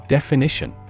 Definition